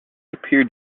appeared